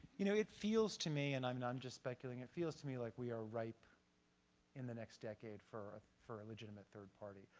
you know it feels to me, and i'm i'm just speculating, it feels to me like we are ripe in the next decade for for a legitimate third party.